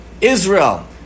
Israel